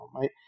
right